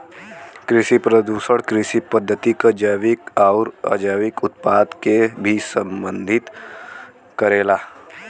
कृषि प्रदूषण कृषि पद्धति क जैविक आउर अजैविक उत्पाद के भी संदर्भित करेला